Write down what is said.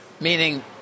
Meaning